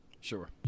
Sure